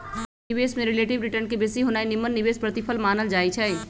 निवेश में relative return के बेशी होनाइ निम्मन निवेश प्रतिफल मानल जाइ छइ